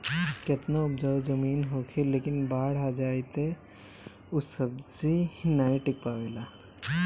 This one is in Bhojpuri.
केतनो उपजाऊ जमीन होखे लेकिन बाढ़ आ जाए तअ ऊ सब्जी नाइ टिक पावेला